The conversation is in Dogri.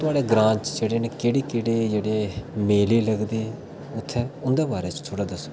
अ तुआढ़े ग्रांऽ च न केह्ड़े केह्ड़े जेह्ड़े मेले लगदे उत्थैं उं'दे बारे च दस्सो